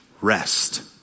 rest